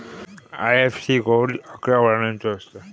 IFSC code अकरा वर्णाचो असता